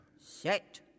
Set